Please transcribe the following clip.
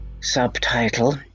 subtitle